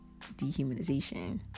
dehumanization